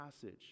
passage